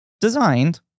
designed